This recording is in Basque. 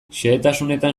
xehetasunetan